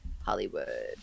hollywood